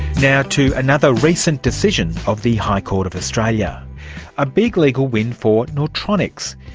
now to another recent decision of the high court of australia a big legal win for nautronix.